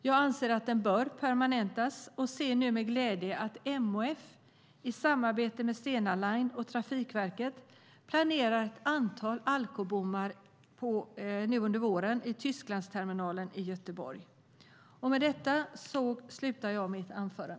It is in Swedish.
Jag anser att den bör permanentas och ser med glädje att MHF i samarbete med Stena Line och Trafikverket planerar ett antal alkobommar vid Tysklandsterminalen i Göteborg under våren.